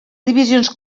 divisions